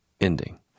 ending